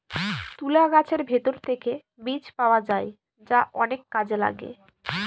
তুলা গাছের ভেতর থেকে বীজ পাওয়া যায় যা অনেক কাজে লাগে